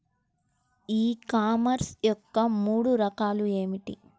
ఈ కామర్స్ యొక్క మూడు రకాలు ఏమిటి?